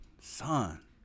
son